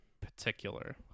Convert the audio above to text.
particular